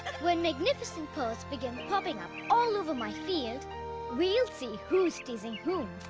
when magnificent pearls begin popping up all over my field we'll see who's teasing whom.